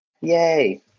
Yay